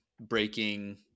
breaking